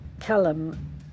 Callum